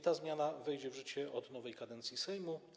Ta zmiana wejdzie w życie od nowej kadencji Sejmu.